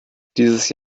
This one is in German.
dieses